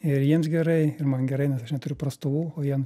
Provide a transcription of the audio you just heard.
ir jiems gerai ir man gerai nes aš neturiu prastovų o jie